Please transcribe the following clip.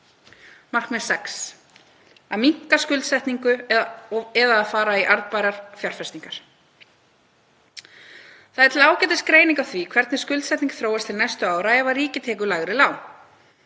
fram. 6. Að minnka skuldsetningu og/eða að fara í arðbærar fjárfestingar. Það er til ágætisgreining á því hvernig skuldsetning þróast til næstu ára ef ríkið tekur lægri lán.